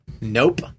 nope